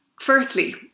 firstly